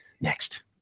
next